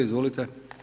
Izvolite.